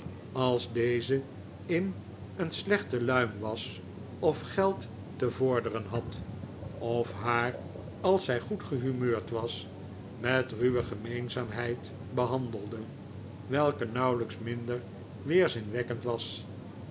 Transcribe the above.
als deze in een slechte luim was of geld te vorderen had of haar als zij goed gehumeurd was met een ruwe gemeenzaamheid behandelde welke nauwelijks minder weerzinwekkend was